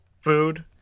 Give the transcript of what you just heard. food